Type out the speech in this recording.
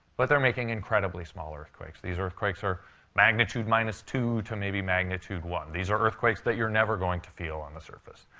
but they're making incredibly small earthquakes. these earthquakes are magnitude minus two to maybe magnitude one. these are earthquakes that you're never going to feel on the surface.